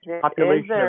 Population